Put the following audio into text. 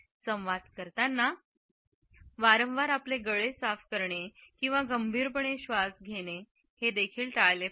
संवाद करताना वारंवार आपले गळे साफ करणे किंवा गंभीरपणे श्वास घेणे देखील टाळले पाहिजे